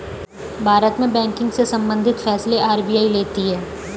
भारत में बैंकिंग से सम्बंधित फैसले आर.बी.आई लेती है